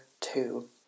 two